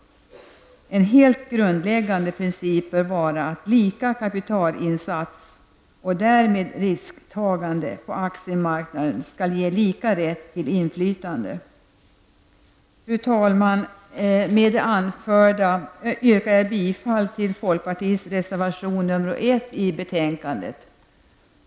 En grundläggande princip bör vara att lika kapitalinsats och därmed risktagande på aktiemarknaden skall ge lika rätt till inflytande. Fru talman! Med det anförda yrkar jag bifall till folkpartiets reservation nr 1 till betänkandet.